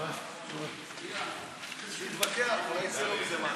לא, בסדר, שיתווכח, אולי יצא לו מזה משהו.